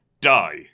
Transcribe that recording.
die